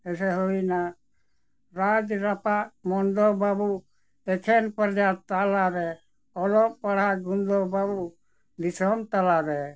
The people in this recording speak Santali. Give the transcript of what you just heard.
ᱮᱭᱥᱮ ᱦᱩᱭᱱᱟ ᱨᱟᱡᱽ ᱨᱟᱯᱟᱡᱽ ᱢᱚᱱᱫᱚ ᱵᱟᱹᱵᱩ ᱮᱠᱷᱮᱱ ᱯᱚᱨᱡᱟᱛ ᱛᱟᱞᱟᱨᱮ ᱚᱞᱚᱜ ᱯᱟᱲᱦᱟᱜ ᱜᱩᱱᱫᱚ ᱵᱟᱹᱵᱩ ᱫᱤᱥᱚᱢ ᱛᱟᱞᱟᱨᱮ